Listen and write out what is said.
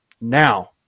now